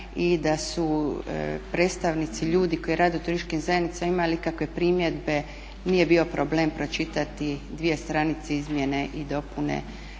i da su predstavnici ljudi koji rade u turističkim zajednicama imali ikakve primjedbe nije bio problem pročitati dvije stranice izmjene i dopune